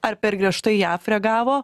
ar per griežtai jav reagavo